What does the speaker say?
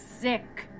sick